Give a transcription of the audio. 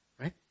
right